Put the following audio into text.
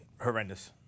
horrendous